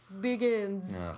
begins